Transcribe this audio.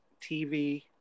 TV